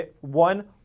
one